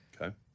Okay